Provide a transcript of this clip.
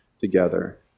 together